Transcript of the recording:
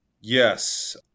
Yes